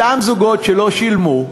אותם זוגות שלא שילמו,